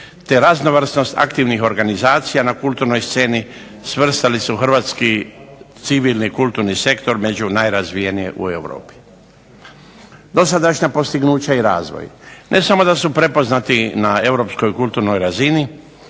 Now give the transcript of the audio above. te raznovrsnost aktivnih organizacija na kulturnoj sceni svrstali su hrvatski civilni i kulturni sektor među najrazvijenije u Europi. Dosadašnja postignuća i razvoj, ne samo da su prepoznati na europskoj kulturnoj razini,